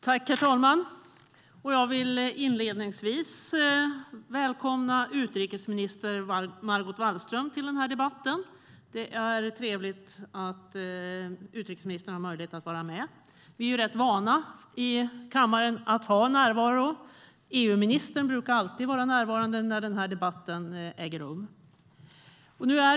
Herr talman! Jag vill inledningsvis välkomna utrikesminister Margot Wallström till debatten. Det är trevligt att utrikesministern har möjlighet att vara med. Vi är i kammaren rätt vana att ha närvaro. EU-ministern brukar alltid vara närvarande när den här debatten äger rum. Herr talman!